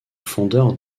fondeur